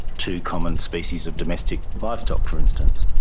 two common species of domestic livestock for instance.